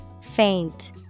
Faint